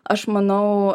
aš manau